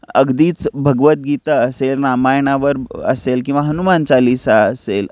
अगदीच भगवद्गीता असेल रामायणावर असेल किंवा हनुमान चालिसा असेल